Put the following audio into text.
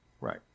right